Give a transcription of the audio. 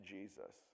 Jesus